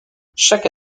chaque